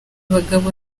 bagabo